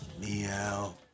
meow